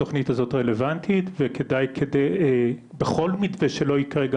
התוכנית הזאת רלוונטית וכדאי בכל מתווה שלא ייקרה,